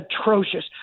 atrocious